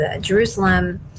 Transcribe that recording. Jerusalem